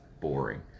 boring